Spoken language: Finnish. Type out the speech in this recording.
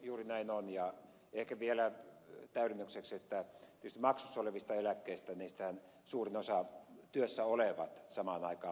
juuri näin on ja ehkä vielä täydennykseksi että tietysti maksussa olevista eläkkeistä suurimman osan maksavat työssä samaan aikaan olevat